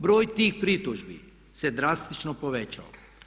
Broj tih pritužbi se drastično povećao.